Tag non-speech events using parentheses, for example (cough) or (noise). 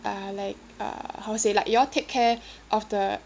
uh like uh how to say like you all take care (breath) of the